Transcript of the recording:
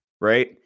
right